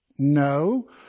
No